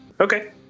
Okay